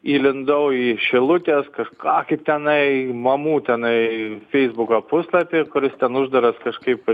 įlindau į šilutės kažką kaip tenai mamų tenai feisbuko puslapį kuris ten uždaras kažkaip